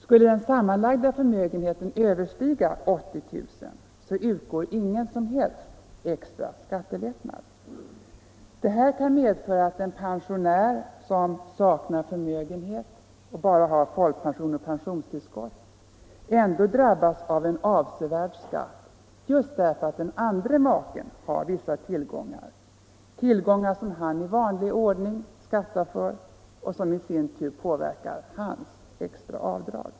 Skulle den sammanlagda förmögenheten överstiga 80 000 kr., utgår inga som helst extra skattelättnader. Det kan medföra att en pensionär som saknar förmögenhet och bara har folkpension och pensionstillskott ändå drabbas av en avsevärd skatt just därför att maken har vissa tillgångar — tillgångar som maken i vanlig ordning skattar för och som i sin tur påverkar hans eller hennes extra avdrag.